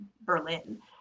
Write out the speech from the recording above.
Berlin